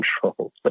control